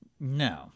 No